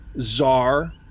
Czar